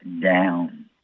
down